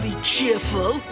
cheerful